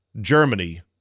Germany